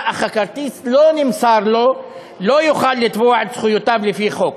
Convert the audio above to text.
אך הכרטיס לא נמסר לו לא יוכל לתבוע את זכויותיו לפי חוק.